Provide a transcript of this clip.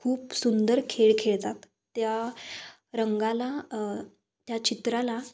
खूप सुंदर खेळ खेळतात त्या रंगाला त्या चित्राला